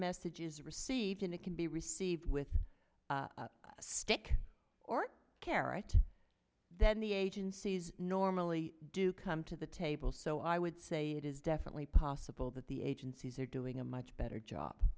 message is received and it can be received with a stick or care right then the agencies normally do come to the table so i would say it is definitely possible that the agencies are doing a much better job